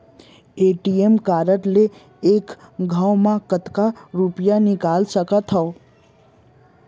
ATM card ले एक घव म कतका रुपिया निकाल सकथव?